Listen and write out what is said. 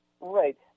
Right